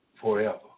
forever